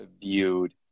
viewed